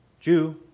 Jew